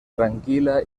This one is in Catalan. tranquil·la